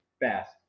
fast